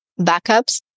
backups